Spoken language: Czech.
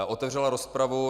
Otevřela rozpravu.